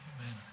Amen